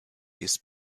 ist